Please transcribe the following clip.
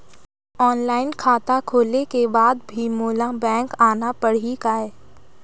Online खाता खोले के बाद भी मोला बैंक आना पड़ही काय?